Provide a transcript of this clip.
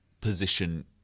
position